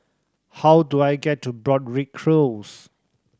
how do I get to Broadrick Close